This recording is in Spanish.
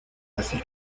así